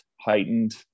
heightened